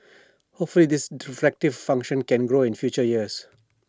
hopefully this reflective function can grow in future years